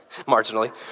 marginally